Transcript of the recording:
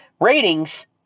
ratings